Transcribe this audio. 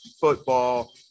football